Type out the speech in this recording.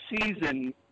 season